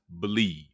Believe